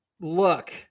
look